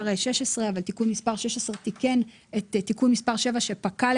16, כשתיקון מס' 16 תיקן את תיקון מס' 7 שפקע.